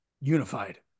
unified